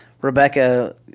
Rebecca